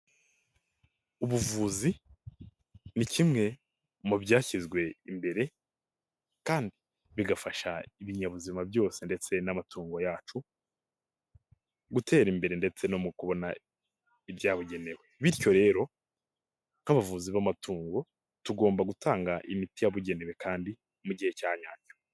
Ubuvuzi ni kimwe mu byashyizwe imbere kandi bigafasha ibinyabuzima byose ndetse n'amatungo yacu gutera imbere ndetse no mu kubona ibyabugenewe, bityo rero nk'abavuzi b'amatungo tugomba gutanga imiti yabugenewe kandi mu gihe cya nyacyo.